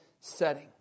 setting